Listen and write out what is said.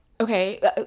Okay